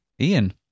Ian